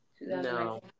No